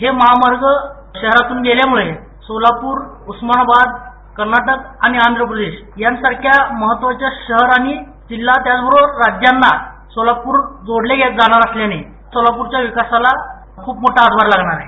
हे मार्ग शहरातून गेल्यामुळं सोलापूर उस्मानाबाद कर्नाटक आणि आंध्रप्रदेश यासारख्या महत्वाच्या शहर आणि जिल्हा त्याचबरोबर राज्यांना सोलापूर जोडले जाणार असल्यानं सोलापूरच्या विकासाला खूप मोठा हातभार लागणार आहे